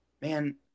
Man